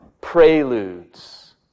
preludes